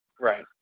Right